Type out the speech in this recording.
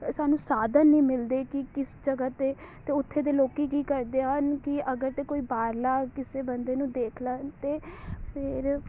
ਅ ਸਾਨੂੰ ਸਾਧਨ ਨਹੀਂ ਮਿਲਦੇ ਕਿ ਕਿਸ ਜਗ੍ਹਾ 'ਤੇ ਅਤੇ ਉੱਥੇ ਦੇ ਲੋਕ ਕੀ ਕਰਦੇ ਹਨ ਕਿ ਅਗਰ ਤਾਂ ਕੋਈ ਬਾਹਰਲਾ ਕਿਸੇ ਬੰਦੇ ਨੂੰ ਦੇਖ ਲੈਣ ਤਾਂ ਫਿਰ